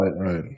right